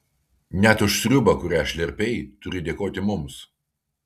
net už sriubą kurią šlerpei turi dėkoti mums